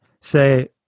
say